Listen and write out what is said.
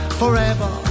forever